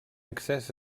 accés